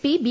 P B